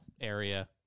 area